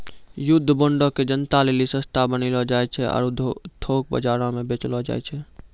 युद्ध बांडो के जनता लेली सस्ता बनैलो जाय छै आरु थोक बजारो मे बेचलो जाय छै